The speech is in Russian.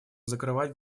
закрывать